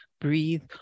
breathe